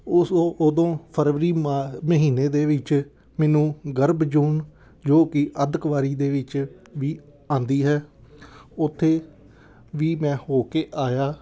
ਉਸ ਉਹ ਉਦੋਂ ਫਰਵਰੀ ਮਾ ਮਹੀਨੇ ਦੇ ਵਿੱਚ ਮੈਨੂੰ ਗਰਭ ਜੂਨ ਜੋ ਕਿ ਅੱਧਕਵਾਰੀ ਦੇ ਵਿੱਚ ਵੀ ਆਉਂਦੀ ਹੈ ਉੱਥੇ ਵੀ ਮੈਂ ਹੋ ਕੇ ਆਇਆ